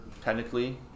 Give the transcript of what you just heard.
technically